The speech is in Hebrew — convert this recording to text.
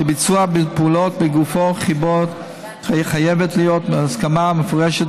וביצוע פעולות בגופו חייב להיות בהסכמה מפורשת